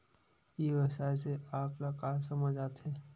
ई व्यवसाय से आप ल का समझ आथे?